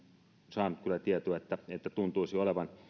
saanut kyllä tietoa että tuntuisivat olevan